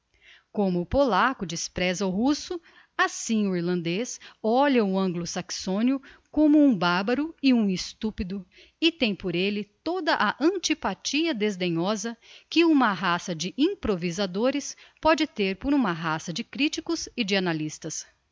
como o polaco despreza o russo assim o irlandez olha o anglo saxonio como um barbaro e um estupido e tem por elle toda a antipatia desdenhosa que uma raça de improvisadores póde ter por uma raça de criticos e de analistas